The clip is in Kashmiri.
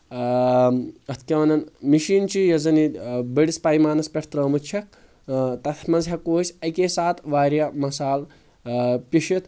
آ اتھ کیاہ ونان مشیٖن چھِ یۄس زن یہِ بٔڈِس پیمانس پٮ۪ٹھ ترٲومٕژ چھکھ اۭں تتھ منٛز ہیٚکو أسۍ اکے ساتہٕ واریاہ مسال آ پِشتھ